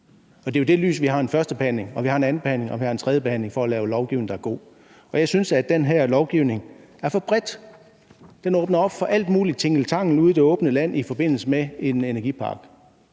Og det er jo i det lys, at vi har en førstebehandling og vi har en andenbehandling og vi har tredjebehandling for at kunne lave lovgivning, der er god, og jeg synes, at den her lovgivning er for bred; den åbner op for alt muligt tingeltangel ude i det åbne land i forbindelse med en energipark.